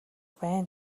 байна